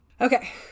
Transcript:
Okay